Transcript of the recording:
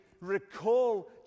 recall